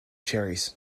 cherries